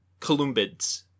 columbids